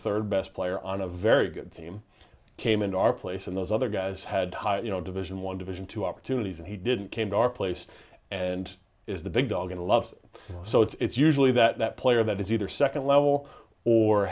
third best player on a very good team came in our place in those other guys had high you know division one division two opportunities and he didn't came to our place and is the big dog in love so it's usually that player that is either second